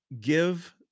give